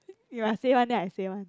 you must say one then I say one